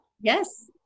Yes